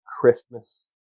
Christmas